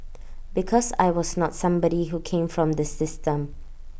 because I was not somebody who came from the system